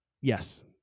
Yes